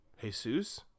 Jesus